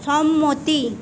সম্মতি